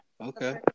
Okay